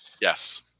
Yes